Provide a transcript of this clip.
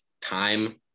time